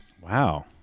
Wow